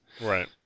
Right